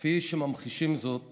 כפי שממחישים זאת